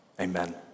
Amen